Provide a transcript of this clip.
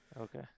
Okay